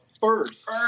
first